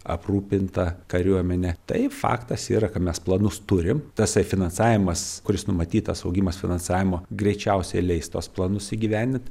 aprūpinta kariuomenė tai faktas yra ka mes planus turime tasai finansavimas kuris numatytas augimas finansavimo greičiausiai leis tuos planus įgyvendint